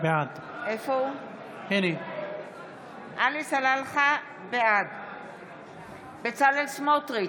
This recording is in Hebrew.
בעד בצלאל סמוטריץ'